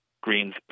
Green's